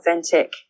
authentic